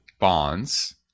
bonds